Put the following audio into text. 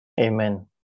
Amen